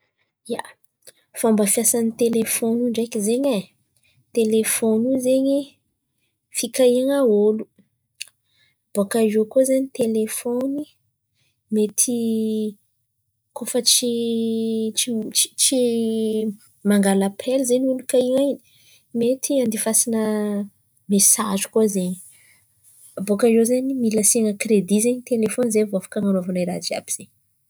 ia, fômba fiasan̈y telefone zen̈y ai, telefone io zen̈y fikahian̈a olo. Bôkà eo koa zen̈y mety tsy tsy tsy mangalà apela zen̈y olo kahian̈a in̈y mety andefasana mesagy koa zen̈y. Bôkà eo zen̈y mila asiana kredì zen̈y telefone zay vao afaka an̈anaovana raha jiàby zay.